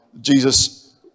Jesus